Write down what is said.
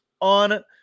on